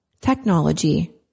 technology